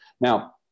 Now